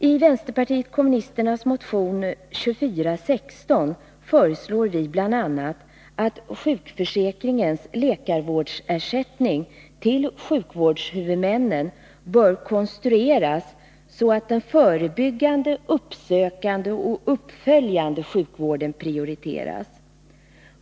I vpk:s motion 2416 föreslås bl.a. att sjukförsäkringens läkarvårdsersättning till sjukvårdshuvudmännen bör konstrueras så, att den förebyggande, uppsökande och uppföljande sjukvården prioriteras.